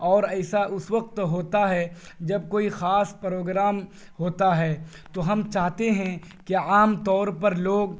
اور ایسا اس وقت ہوتا ہے جب کوئی خاص پروگرام ہوتا ہے تو ہم چاہتے ہیں کہ عام طور پر لوگ